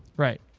right.